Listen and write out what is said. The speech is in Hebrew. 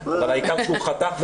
אבל העיקר שהוא חתך,